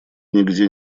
нигде